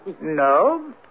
No